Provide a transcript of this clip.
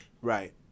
Right